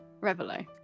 Revelo